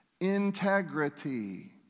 integrity